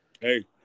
Hey